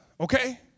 Okay